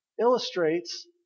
illustrates